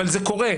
אבל זה קורה.